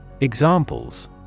Examples